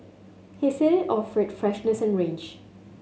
he said it offered freshness and range